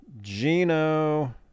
Gino